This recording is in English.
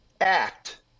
act